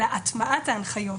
אלא גם בהטמעת ההנחיות.